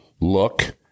look